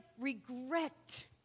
regret